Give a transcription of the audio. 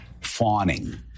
fawning